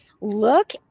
look